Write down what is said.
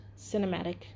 cinematic